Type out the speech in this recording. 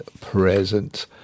Present